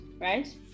right